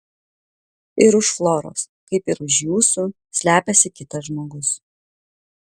ir už floros kaip ir už jūsų slepiasi kitas žmogus